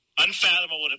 unfathomable